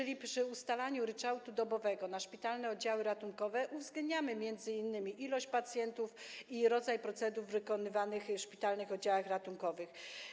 A więc przy ustalaniu ryczałtu dobowego na szpitalne oddziały ratunkowe uwzględniamy m.in. liczbę pacjentów i rodzaje procedur wykonywanych w szpitalnych oddziałach ratunkowych.